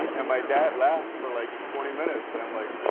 and my dad laughed for like twenty minutes. and i'm like,